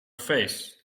face